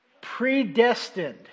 Predestined